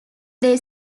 they